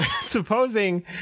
supposing